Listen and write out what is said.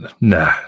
No